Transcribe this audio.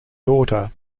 daughter